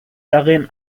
darin